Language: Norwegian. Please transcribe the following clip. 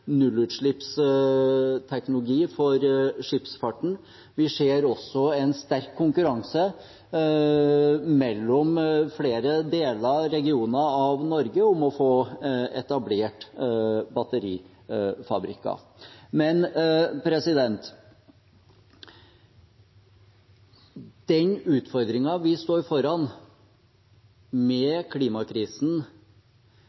nullutslippsteknologi for skipsfarten. Vi ser også en sterk konkurranse mellom flere deler og regioner av Norge om å få etablert batterifabrikker. Men den utfordringen vi står foran med